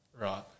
Right